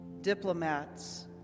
diplomats